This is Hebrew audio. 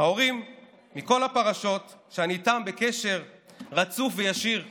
הורים מכל הפרשות שאני בקשר רצוף וישיר איתם,